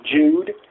Jude